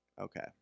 okay-